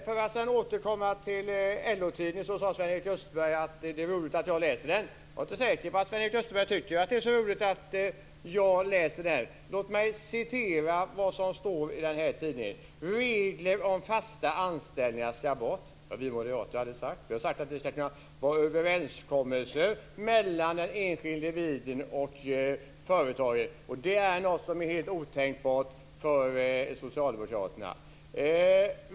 För att sedan återkomma till LO-tidningen sade Sven-Erik Österberg att det är roligt att jag läser den. Jag är inte säker på att Sven-Erik Österberg borde tycka att det är så roligt. Låt mig citera vad som står: Regler om fasta anställningar ska bort - det har vi moderater aldrig sagt. Vi har sagt att det ska kunna vara överenskommelser mellan den enskilde individen och företaget, och det är något som är helt otänkbart för socialdemokraterna.